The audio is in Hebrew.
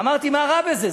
אמרתי, מה רע בזה?